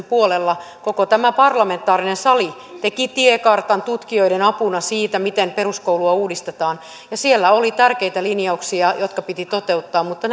puolella koko tämä parlamentaarinen sali teki tiekartan tutkijoiden avulla siitä miten peruskoulua uudistetaan ja siellä oli tärkeitä linjauksia jotka piti toteuttaa mutta